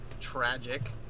tragic